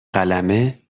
قلمه